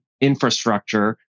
infrastructure